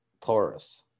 taurus